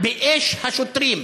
באש השוטרים?